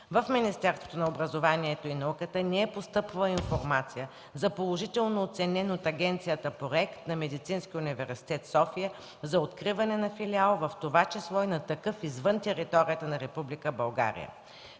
В Министерството на образованието и науката не е постъпвала информация за положително оценен от агенцията проект на Медицинския университет – София, за откриване на филиал, в това число на такъв извън територията на